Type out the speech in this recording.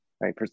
right